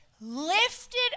lifted